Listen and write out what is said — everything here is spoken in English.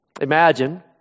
Imagine